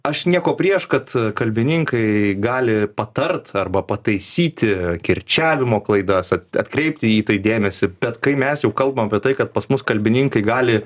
aš nieko prieš kad kalbininkai gali patart arba pataisyti kirčiavimo klaidas atkreipti į tai dėmesį bet kai mes jau kalbam apie tai kad pas mus kalbininkai gali